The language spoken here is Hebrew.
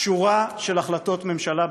שורה של החלטות ממשלה בעניין.